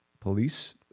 police